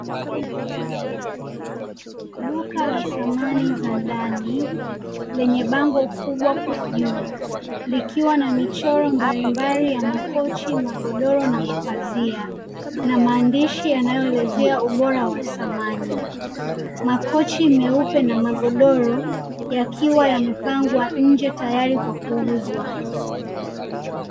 Duka la samani za ndani lenye bango kubwa kwa juu likiwa na michoro mbalimbali ya makochi, magodoro na mapazia na maandishi yanayoelezea ubora wa samani. Makochi meupe na magodoro yakiwa yamepangwa nje tayari kwa kuuzwa.